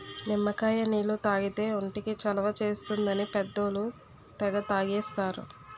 నిమ్మకాయ నీళ్లు తాగితే ఒంటికి చలవ చేస్తుందని పెద్దోళ్ళు తెగ తాగేస్తారు